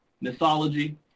mythology